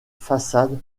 façade